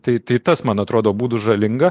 tai tas man atrodo būtų žalinga